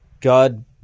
God